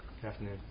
Afternoon